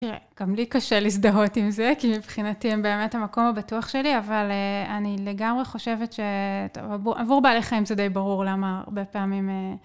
תראה, גם לי קשה להזדהות עם זה, כי מבחינתי הם באמת המקום הבטוח שלי, אבל אני לגמרי חושבת ש... עבור בעלי חיים זה די ברור למה הרבה פעמים...